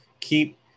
Keep